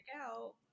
out